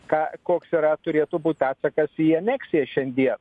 ką koks yra turėtų būt atsakas į aneksiją šiandien